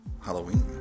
Halloween